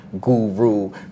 guru